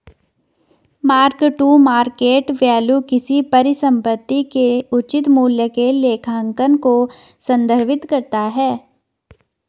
mark to market value किसी परिसंपत्ति के उचित मूल्य के लिए लेखांकन को संदर्भित करता है